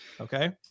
Okay